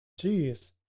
Jeez